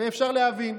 ואפשר להבין.